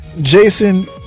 Jason